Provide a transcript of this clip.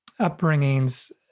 upbringings